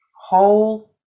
whole